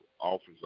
office